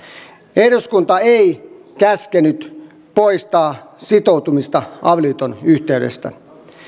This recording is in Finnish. eduskunta ei käskenyt poistaa sitoutumista avioliiton yhteydestä